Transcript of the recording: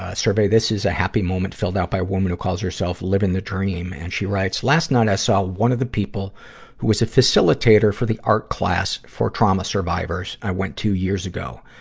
ah survey. this is a happy moment, filled out by a woman who calls herself living the dream. and she writes, last night, i saw one of the people who is a facilitator for the art class for trauma survivors i went to years ago.